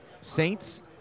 saints